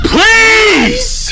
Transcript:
Please